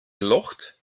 gelocht